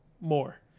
more